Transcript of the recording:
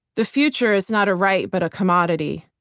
the future is not a right but a commodity.